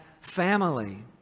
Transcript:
family